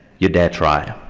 your dad tried.